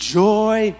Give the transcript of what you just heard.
joy